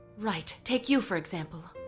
right. take you for example.